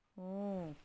ਹੋ